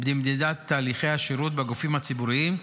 במדידת תהליכי השירות בגופים הציבוריים,